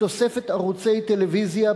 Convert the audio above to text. תוספת ערוצי טלוויזיה,